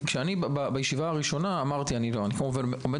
כי בישיבה הראשונה אמרתי ואני כמובן עומד